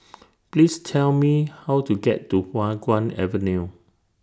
Please Tell Me How to get to Hua Guan Avenue